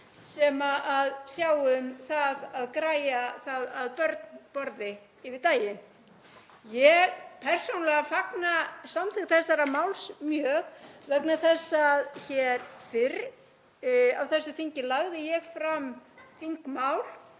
sem sjá um að græja það að börn borði yfir daginn. Ég persónulega fagna samþykkt þessa máls mjög vegna þess að fyrr á þessu þingi lagði ég fram þingmál